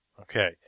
okay